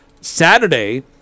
Saturday